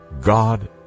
God